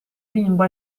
bimbo